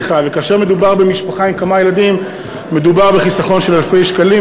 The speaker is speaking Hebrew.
וכאשר מדובר על משפחה עם כמה ילדים מדובר בחיסכון של אלפי שקלים,